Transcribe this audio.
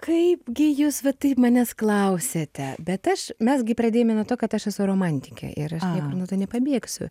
kaipgi jūs va taip manęs klausiate bet aš mes gi pradėjome nuo to kad aš esu romantikė ir aš niekur nuo to nepabėgsiu